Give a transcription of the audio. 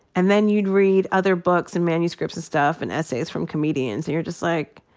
and then you'd read other books and manuscripts and stuff, and essays from comedians, and you're just like,